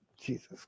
Jesus